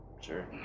Sure